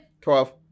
Twelve